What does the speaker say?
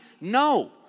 No